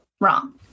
Wrong